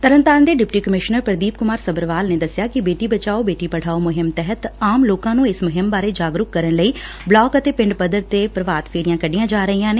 ਤਰਨਤਾਰਨ ਦੇ deputy commissioner Pradeep Kumar Sabharwal ਨੇ ਦਸਿਆ ਕਿ ਬੇਟੀ ਬਚਾਓ ਬੇਟੀ ਪੜ੍ਹਾਓ ਮੁਹਿਮ ਤਹਿਤ ਆਮ ਲੋਕਾ ਨੂੰ ਇਸ ਮੁਹਿਮ ਬਾਰੇ ਜਾਗਰੂਕ ਕਰਨ ਲਈ ਬਲਾਕ ਅਤੇ ਪਿੰਡ ਪੱਧਰ ਤੇ ਪ੍ਰਭਾਤ ਫੇਰੀਆਂ ਕੱਢੀਆਂ ਜਾ ਰਹੀਆਂ ਨੇ